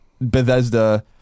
Bethesda